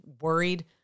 worried